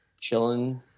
chilling